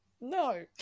No